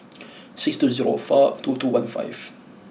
six two zero four two two one five